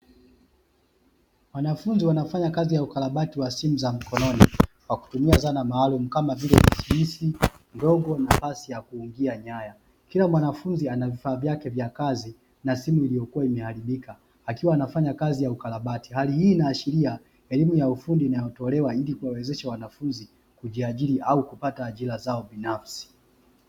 Wanafunzi wanafanya kazi ya ukarabati wa simu za mkononi kwa kutumia zana maalumu kama vile bisibisi mdogo nafasi ya kuingia nyaya, kila mwanafunzi ana vifaa vyake vya kazi na simu iliyokuwa imeharibika akiwa anafanya kazi ya ukarabati. Hali hii inaashiria elimu ya ufundi inayotolewa ili kuwawezesha wanafunzi kujiajiri au kupata ajira zao binafsi.